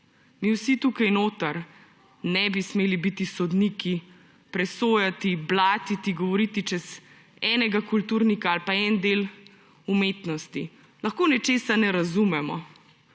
mi vsi tukaj notri ne bi smeli biti sodniki, presojati, blatiti, govoriti čez enega kulturnika ali pa en del umetnosti. Lahko nečesa ne razumemo,